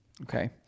Okay